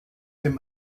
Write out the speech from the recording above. dem